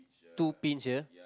two pinch ya